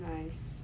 nice